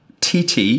TT